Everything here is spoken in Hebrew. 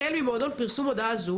החל ממועד פרסום הודעה זו,